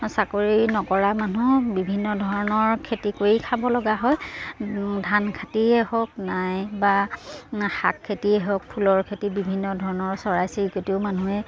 চাকৰি নকৰা মানুহ বিভিন্ন ধৰণৰ খেতি কৰি খাব লগা হয় ধান খেতিয়ে হওক নাই বা শাক খেতিয়ে হওক ফুলৰ খেতি বিভিন্ন ধৰণৰ চৰাই চিৰিকটিও মানুহে